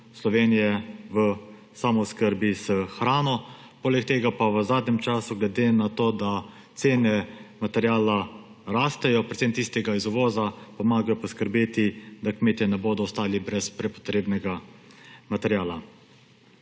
Slovenije v samooskrbi s hrano. Poleg tega pa da v zadnjem času glede na to, da cene materiala rastejo, predvsem tistega iz uvoza, pomagajo poskrbeti, da kmetje ne bodo ostali brez prepotrebnega materiala.